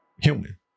human